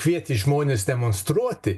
kvietė žmones demonstruoti